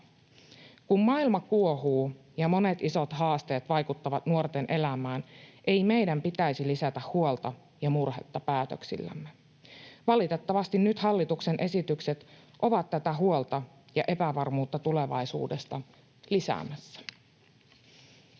Kun maailma kuohuu ja monet isot haasteet vaikuttavat nuorten elämään, ei meidän pitäisi lisätä huolta ja murhetta päätöksillämme. Valitettavasti nyt hallituksen esitykset ovat tätä huolta ja epävarmuutta tulevaisuudesta lisäämässä.